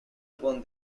upon